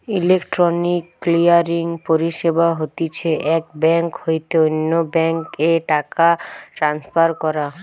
electronic clearing পরিষেবা হতিছে এক বেঙ্ক হইতে অন্য বেঙ্ক এ টাকা ট্রান্সফার করা